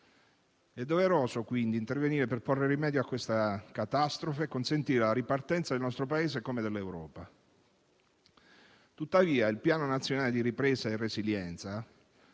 È doveroso quindi intervenire per porre rimedio a questa catastrofe e consentire la ripartenza del nostro Paese, come dell'Europa. Tuttavia, il Piano nazionale di ripresa e resilienza